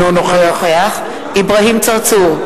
אינו נוכח אברהים צרצור,